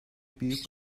büyük